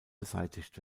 beseitigt